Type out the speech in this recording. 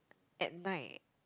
at night